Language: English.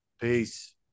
Peace